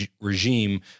regime